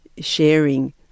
sharing